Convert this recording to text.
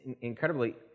incredibly